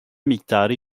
miktarı